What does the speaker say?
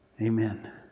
Amen